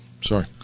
Sorry